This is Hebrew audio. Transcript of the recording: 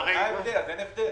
אין הבדל.